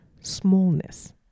smallness